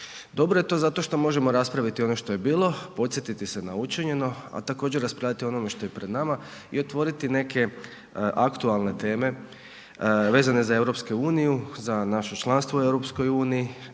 Dobro je to zato što možemo raspraviti ono što je bilo, podsjetiti se na učinjeno, a također raspravljati o onome što je pred nama i otvoriti neke aktualne teme vezane za EU, za naše članstvo u EU i,